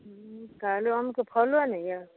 हँ कहलहुँ आमके फलो ने यए